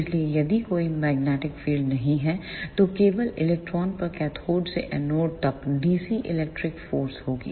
इसलिए यदि कोई मैग्नेटिक फील्ड नहीं है तो केवल इलेक्ट्रॉनों पर कैथोड से एनोड तकDC इलेक्ट्रिक फोर्स होगी